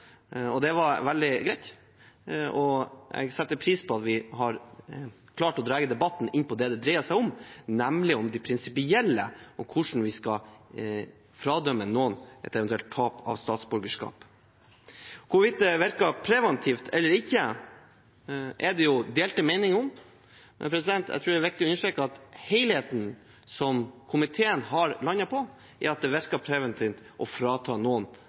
om. Det var veldig greit. Jeg setter pris på at vi har klart å dra debatten inn på det den dreier seg om, nemlig det prinsipielle og hvordan vi eventuelt skal fradømme noen et statsborgerskap. Hvorvidt det virker preventivt eller ikke, er det delte meninger om, men jeg tror det er viktig å understreke at helheten som komiteen har landet på, er at det virker preventivt å frata noen